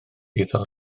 iddo